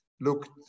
looked